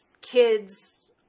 Kids